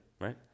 right